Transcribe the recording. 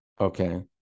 Okay